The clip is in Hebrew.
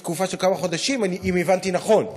יש תקופה של כמה חודשים, אם הבנתי נכון,